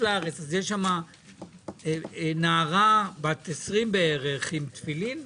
לארץ יש שם נערה בת 20 בערך עם תפילין?